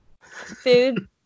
Food